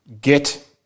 get